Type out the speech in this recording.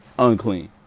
unclean